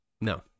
No